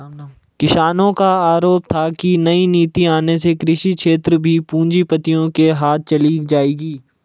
किसानो का आरोप था की नई नीति आने से कृषि क्षेत्र भी पूँजीपतियो के हाथ चली जाएगी